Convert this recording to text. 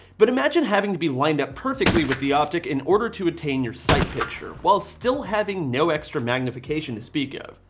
but imagine having to be lined up perfectly with the optic in order to attain your sight picture while still having no extra magnification to speak of.